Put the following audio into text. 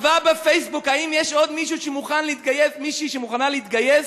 וכתבה בפייסבוק: האם יש עוד מישהי שמוכנה להתגייס?